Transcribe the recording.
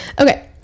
Okay